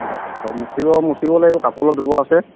অঁ মচিব লাগিব কাপোৰ অলপ ধুব আছে